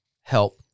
help